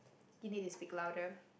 you need to speak louder